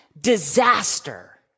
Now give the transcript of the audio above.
disaster